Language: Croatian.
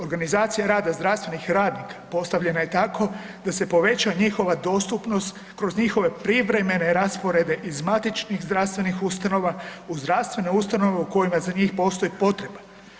Organizacija rada zdravstvenih radnika postavljena je tako da se poveća njihova dostupnost kroz njihove privremene rasporede iz matičnih zdravstvenih ustanova u zdravstvene ustanove u kojima za njih postoji potreba.